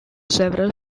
several